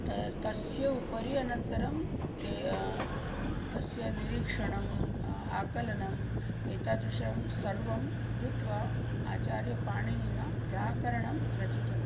त तस्य उपरि अनन्तरं ते तस्य निरीक्षणम् आकलनम् एतादृशं सर्वं कृत्वा आचार्यपाणिनिना व्याकरणं रचितम्